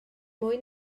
mwy